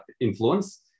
influence